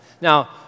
Now